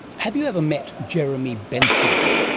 have you ever met jeremy bentham?